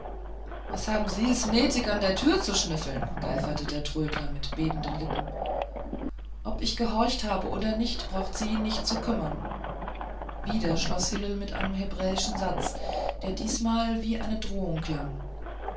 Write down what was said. was haben sie das netig an der türe zu schnüffeln geiferte der trödler mit bebenden lippen ob ich gehorcht habe oder nicht braucht sie nicht zu kümmern wieder schloß hillel mit einem hebräischen satz der diesmal wie eine drohung klang